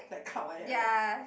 like cloud like that right